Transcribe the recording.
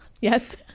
Yes